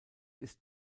ist